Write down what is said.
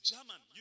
German